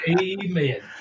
Amen